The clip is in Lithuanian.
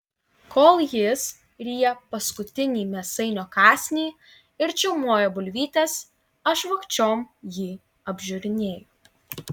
kol jis ryja paskutinį mėsainio kąsnį ir čiaumoja bulvytes aš vogčiom jį apžiūrinėju